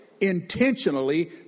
intentionally